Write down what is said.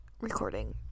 recording